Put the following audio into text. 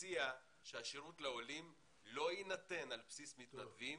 אני מציע שהשירות לעולים לא יינתן על בסיס מתנדבים,